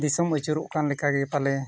ᱫᱤᱥᱚᱢ ᱟᱹᱪᱩᱨᱚᱜ ᱠᱟᱱ ᱞᱮᱠᱟᱜᱮ ᱯᱟᱞᱮ